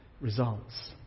Results